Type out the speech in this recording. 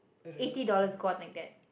eighty dollars gone like that